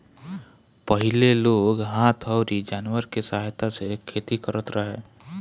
पहिले लोग हाथ अउरी जानवर के सहायता से खेती करत रहे